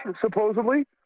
supposedly